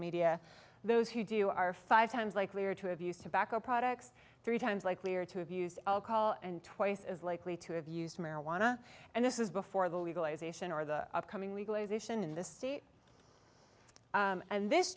media those who do are five times likelier to have used to back up products three times likelier to abuse alcohol and twice as likely to have used marijuana and this is before the legalization or the upcoming legalization in this state and this